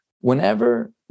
Whenever